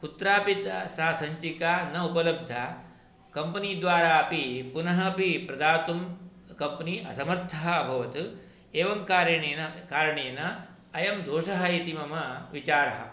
कुत्रापि सा सञ्चिका न उपलब्धा कम्पनी द्वारा अपि पुनः अपि प्रदातुं कम्पनी असमर्थः अभवत् एवं कारणेन अयं दोषः इति मम विचारः